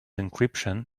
encryption